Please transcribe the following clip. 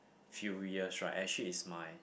few years right actually is my